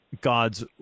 God's